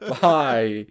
Bye